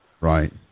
Right